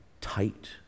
tight